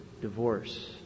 divorce